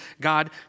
God